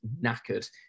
knackered